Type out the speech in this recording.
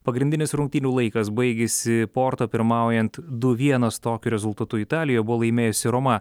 pagrindinis rungtynių laikas baigėsi porto pirmaujant du vienas tokiu rezultatu italijoje buvo laimėjusi roma